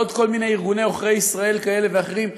ועוד כל מיני ארגוני עוכרי ישראל כאלה ואחרים,